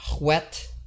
wet